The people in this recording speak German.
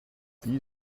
wie